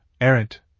errant